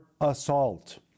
assault